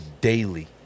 daily